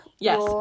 Yes